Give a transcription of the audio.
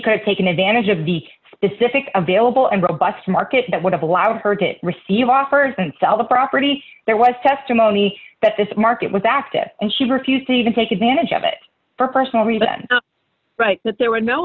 could taken advantage of the specific available and robust market that would have allowed her to receive offers and sell the property there was testimony that this market was active and she refused to even take advantage of it for personal reason but that there w